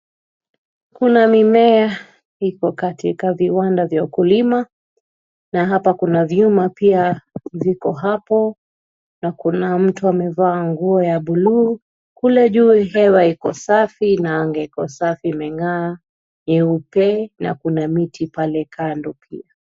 Kuna mimea ipo katika viwanda vya kulima na hapa kuna vyuma pia viko hapo. Na kuna mtu amevaa nguo ya buluu. Kule juu hewa iko safi na anga iko safi imeng'aa nyeupe na kuna miti pale kando pia.